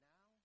Now